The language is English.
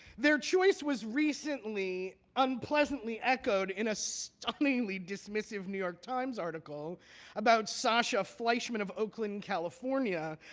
their choice was recently unpleasantly echoed in a stunningly dismissive new york times article about sasha fleischman of oakland, california,